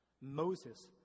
Moses